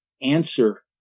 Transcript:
Answer